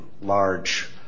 large